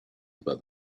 about